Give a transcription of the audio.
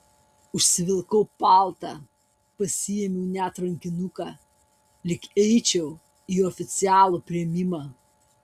užsivilkau paltą pasiėmiau net rankinuką lyg eičiau į oficialų priėmimą